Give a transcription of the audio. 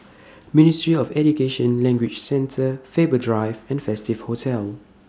Ministry of Education Language Centre Faber Drive and Festive Hotel